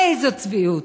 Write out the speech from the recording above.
איזו צביעות,